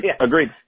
agreed